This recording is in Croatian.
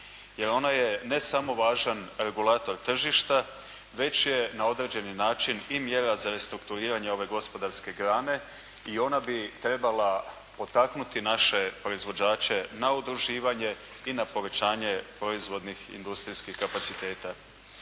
jer ona je ne samo važan regulator tržišta već je na određeni način i mjera za restrukturiranje ove gospodarske grane i ona bi trebala potaknuti naše proizvođače na udruživanje i na povećanje proizvodnih industrijskih kapaciteta.